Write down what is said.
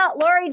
Lori